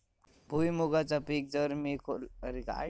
भुईमूगाचा पीक जर मी खोलेत दोन महिने ठेवलंय तर काय होतला नाय ना?